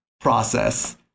process